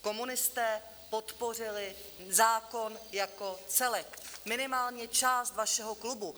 Komunisté podpořili zákon jako celek, minimálně část vašeho klubu.